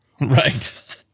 Right